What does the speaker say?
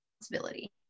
responsibility